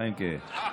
חיימק'ה,